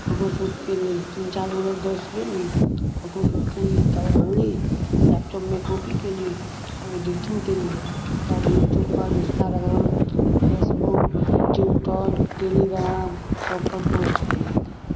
photo shoot कयली तीन चारि गो दोस्त गयली फोटो शूट कयली तब अनली लैपटॉपमे कॉपी कयली एडिटिंग कयली तब यूट्यूबपर इंस्टाग्राम फेसबुक टिकटॉक टेलीग्राम सभपर पोस्ट कयली